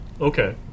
Okay